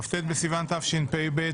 כ"ט בסיון התשפ"ב,